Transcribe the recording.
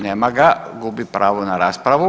Nema ga, gubi pravo na raspravu.